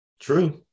True